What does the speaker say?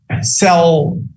sell